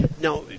now